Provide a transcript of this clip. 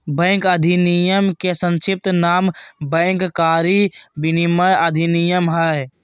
bank अधिनयम के संक्षिप्त नाम बैंक कारी विनयमन अधिनयम हइ